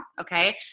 Okay